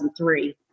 2003